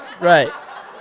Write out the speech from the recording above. right